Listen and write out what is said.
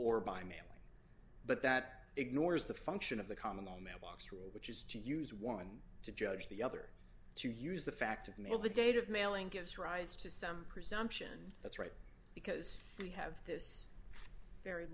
or by mailing but that ignores the function of the common law mailbox rule which is to use one to judge the other to use the fact of mail the date of mailing gives rise to some presumption that's right because we have this very